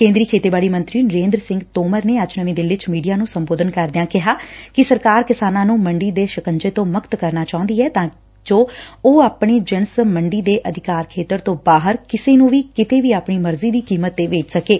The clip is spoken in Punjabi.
ਕੇ'ਦਰੀ ਖੇਤੀਬਾੜੀ ਮੰਤਰੀ ਨਰੇ'ਦਰ ਸਿੰਘ ਤੋਮਰ ਨੇ ਅੱਜ ਨਵੀ' ਦਿੱਲੀ 'ਚ ਮੀਡੀਆ ਨੂੰ ਸੰਬੋਧਨ ਕਰਦਿਆ' ਕਿਹਾ ਕਿ ਸਰਕਾਰ ਕਿਸਾਨਾਂ ਨੂੰ ਮੰਡੀ ਦੇ ਸ਼ਿਕੰਜੇ ਤੋਂ ਮੁਕਤ ਕਰਨਾ ਚਾਹੁੰਦੀ ਐ ਤਾਂ ਜੋ ਉਹ ਆਪਣੀ ਜਿਣਸ ਮੰਡੀ ਦੇ ਅਧਿਕਾਰ ਖੇਤਰ ਤੋਂ ਬਾਹਰ ਕਿਸੇ ਨੂੰ ਵੀ ਕਿਤੇ ਵੀ ਆਪਣੀ ਮਰਜ਼ੀ ਦੀ ਕੀਮਤ ਤੇ ਵੇਚ ਸਕੇ